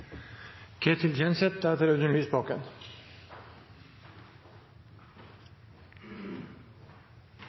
Ketil Kjenseth